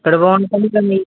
ਕਢਵਾਉਣੇ ਤਾਂ ਨਹੀਂ ਪੈਣੇ ਜੀ